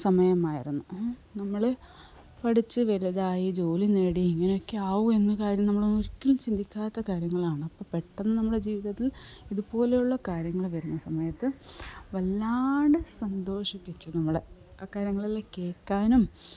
സമയമായിരുന്നു നമ്മൾ പഠിച്ച് വലുതായി ജോലി നേടി ഇങ്ങനെയൊക്കെയാവും എന്ന കാര്യം നമ്മൾ ഒരിക്കലും ചിന്തിക്കാത്ത കാര്യങ്ങളാണ് അപ്പം പെട്ടെന്ന് നമ്മളെ ജീവിതത്തിൽ ഇതുപോലെയുള്ള കാര്യങ്ങൾ വരുന്ന സമയത്ത് വല്ലാതെ സന്തോഷിപ്പിച്ചു ഞങ്ങളെ ആ കാര്യങ്ങളെല്ലം കേൾക്കാനും